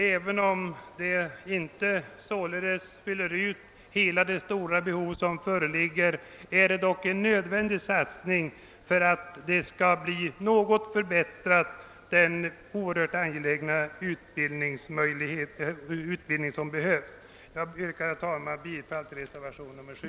Även om det således inte fyller hela det stora behov som föreligger, är det dock en nödvändig satsning för att i någon mån förbättra den oerhört angelägna ökningen av utbildningsmöjligheterna. Jag yrkar, herr talman, bifall till reservationen 7.